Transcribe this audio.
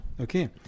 Okay